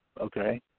Okay